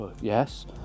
Yes